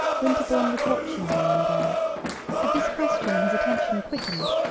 winterbourne was watching the young girl at this question his attention quickened.